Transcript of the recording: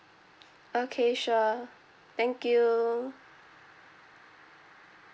okay sure thank you